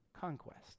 conquest